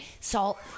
Salt